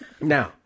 Now